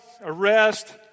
arrest